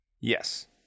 yes